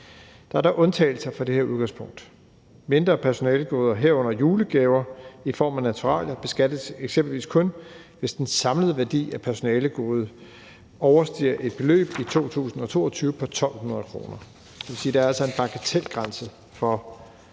Der er dog undtagelser fra det her udgangspunkt. Mindre personalegoder, herunder julegaver i form af naturalier, beskattes eksempelvis kun, hvis den samlede værdi af personalegodet overstiger et beløb i 2022 på 1.200 kr. Det vil sige, at der altså er en bagatelgrænse for julegaver